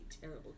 terrible